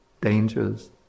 dangers